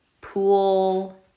pool